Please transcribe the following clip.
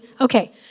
Okay